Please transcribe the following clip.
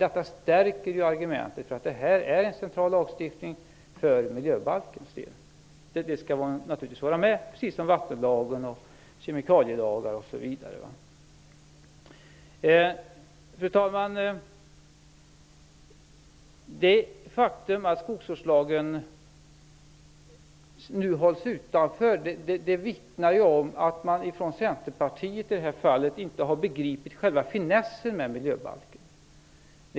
Det stärker argumentet att skogsvårdslagen är en central lagstiftning för miljöbalken och att den naturligtvis skall vara med, precis som vattenlagen, kemikalielagar, osv. Fru talman! Det faktum att skogsvårdslagen nu hålls utanför vittnar om att Centerpartiet i det här fallet inte har begripit själva finessen med miljöbalken.